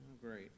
Great